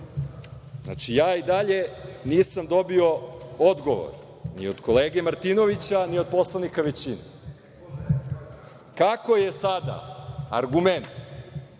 Hvala.I dalje nisam dobio odgovor ni od kolege Martinovića, ni od poslanika većine, kako je sada argument